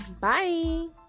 Bye